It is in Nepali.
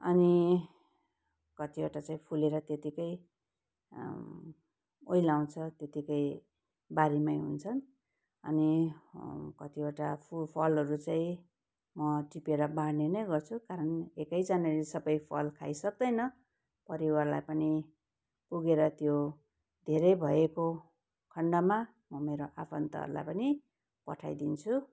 अनि कतिवटा चाहिँ फुलेर त्यतिकै ओइलाउँछ त्यतिकै बारीमै हुन्छन् अनि कतिवटा फलहरू चाहिँ म टिपेर बाँड्ने नै गर्छु कारण एकैजनाले सबै फल खाइसक्दैन परिवारलाई पनि पुगेर त्यो धेरै भएको खण्डमा म मेरो आफन्तहरूलाई पनि पठाइदिन्छु